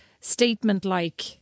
statement-like